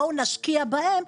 בואו נשקיע בהם,